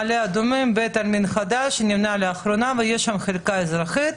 אני מכירה את בית העלמין החדש שנבנה במעלה אדומים ובו יש חלקה אזרחית